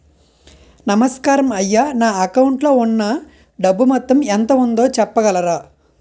నమస్కారం అయ్యా నా అకౌంట్ లో ఉన్నా డబ్బు మొత్తం ఎంత ఉందో చెప్పగలరా?